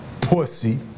Pussy